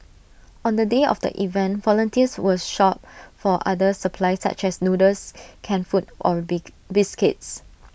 on the day of the event volunteers will shop for other supplies such as noodles canned food or big biscuits